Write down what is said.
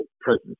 presence